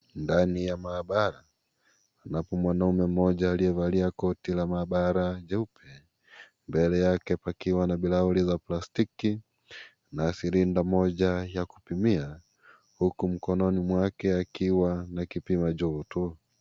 Ndani ya maabara, panapo na mwanaume mmoja aliyevalia koti la maabara, jeupe, mbele yake pakiwa na bilauri za plastiki na silinda moja ya kutumia, huku mkononi mwake akiwa na kipima joto.